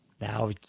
now